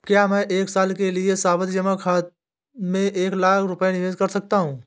क्या मैं एक साल के लिए सावधि जमा में एक लाख रुपये निवेश कर सकता हूँ?